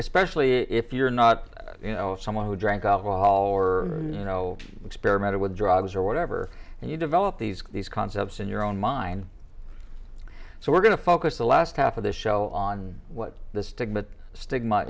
especially if you're not you know someone who drank alcohol or you know experimented with drugs or whatever and you develop these these concepts in your own mind so we're going to focus the last half of the show on what the stigma that stigma